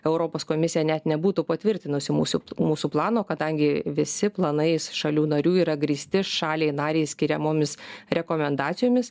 europos komisija net nebūtų patvirtinusi mūsų mūsų plano kadangi visi planai šalių narių yra grįsti šaliai narei skiriamomis rekomendacijomis